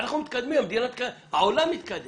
העולם מתקדם.